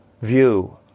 view